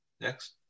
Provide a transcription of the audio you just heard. next